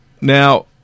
Now